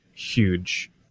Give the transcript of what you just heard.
huge